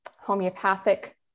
homeopathic